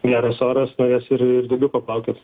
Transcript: geras oras norės ir dėl jų paplaukiot